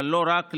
אבל לא רק,